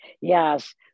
Yes